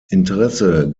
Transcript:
interesse